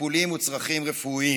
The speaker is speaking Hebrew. לטיפולים ולצרכים רפואיים.